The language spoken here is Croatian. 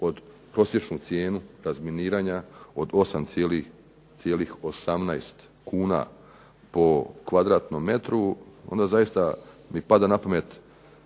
prosječnu cijenu razminiranja od 8,18 kuna po kvadratnom metru, onda mi zaista padaju na pamet